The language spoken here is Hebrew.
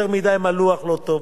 יותר מדי מלוח לא טוב.